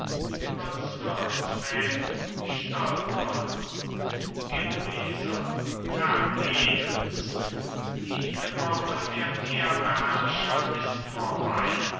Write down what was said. über zwirnsfäden stolpert genueser vergebens die epoche der meerbeherscher ist vorbei